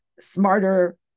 smarter